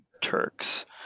Turks